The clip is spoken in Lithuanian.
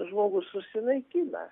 žmogus susinaikina